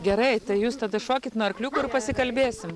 gerai tai jūs tada šokit nuo arkliukų ir pasikalbėsim